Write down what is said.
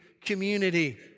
community